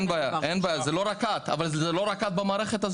אבל לא רק את במערכת.